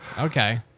Okay